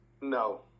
No